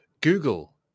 google